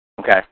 Okay